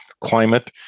climate